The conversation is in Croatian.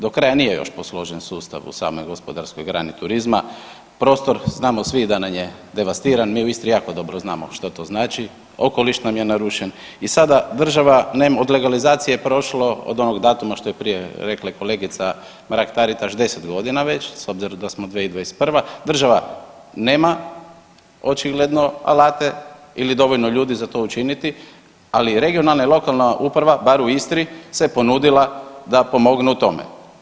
Do kraja nije još posložen sustav u samoj gospodarskog grani turizma, prostor znamo svi da nam je devastiran, mi u Istri jako dobro znamo, što to znači, okoliš nam je narušen i sada država, od legalizacije je prošlo od onog datuma što je prije rekla kolegica Mrak Taritaš 10 godina već s obzirom da smo 2021. država nema očigledno alate ili dovoljno ljudi za to učiniti ali regionalna ili lokalna uprava barem u Istri se ponudila da pomogne u tome.